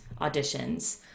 auditions